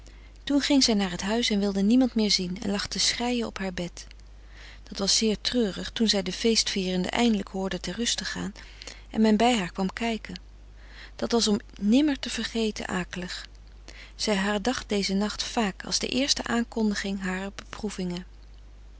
toen ging zij naar het huis en wilde niemand meer zien en lag te schreien op haar bed dat was zeer treurig toen zij de feestvierenden eindelijk hoorde ter ruste gaan en men bij haar kwam kijken dat was om nimmer te vergeten akelig zij herdacht dezen nacht vaak als de eerste aankondiging harer